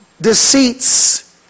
deceits